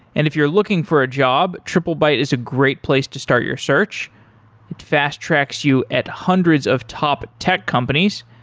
and if you're looking for a job, triplebyte is a great place to start your search. it fast tracks you at hundreds of top tech companies.